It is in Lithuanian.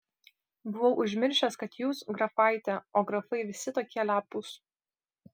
buvau užmiršęs kad jūs grafaitė o grafai visi tokie lepūs